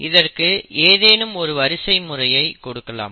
இதற்கு ஏதேனும் ஒரு வரிசை முறையை கொடுக்கலாம்